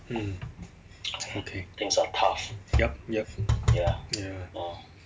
mm okay yup yup mm